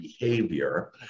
behavior